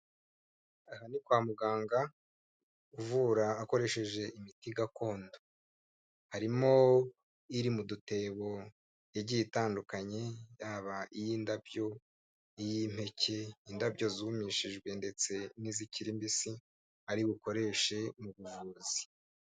Aha ni kwa muganga uvura akoresheje imiti gakondo, harimo iri mu dutebo igiye itandukanye yaba iyi ndabyo iyi mpeke, indabyo zumishijwe ndetse n'izikiri mbisi ari bukoreshe mu buvuzi.